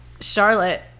Charlotte